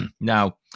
Now